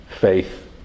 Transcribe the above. Faith